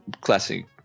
classic